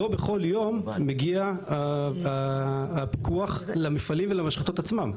אבל לא בכל יום מגיע הפיקוח למפעלים ולמשחטות עצמן.